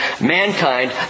mankind